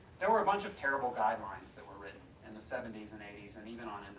there were a bunch of terrible guidelines that were written in the seventy s and eighty s and even on